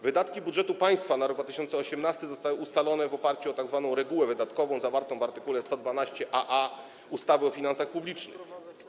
Wydatki budżetu państwa na rok 2018 zostały ustalone w oparciu o tzw. regułę wydatkową zawartą w art. 112aa ustawy o finansach publicznych.